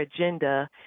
agenda